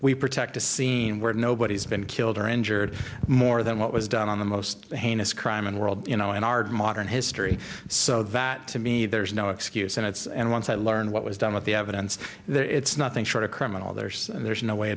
we protect a scene where nobody's been killed or injured more than what was done on the most heinous crime in world you know in our modern history so that to me there's no excuse and it's and once i learned what was done with the evidence there it's nothing short of criminal there's there's no way